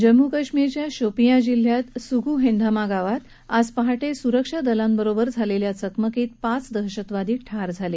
जम्मू काश्मीरच्या शोपिया जिल्ह्यात सुगू हेंदामा गावात आज पहाटे सुरक्षा दलांसोबत झालेल्या चक्मकीत पाच दहशतवादी ठार झाले आहेत